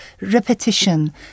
repetition